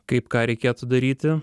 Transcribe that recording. kaip ką reikėtų daryti